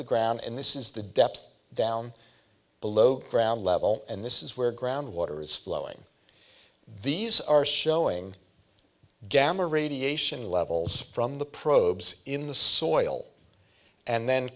the ground and this is the depth down below ground level and this is where ground water is flowing these are showing gamma radiation levels from the probes in the soil and then